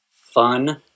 fun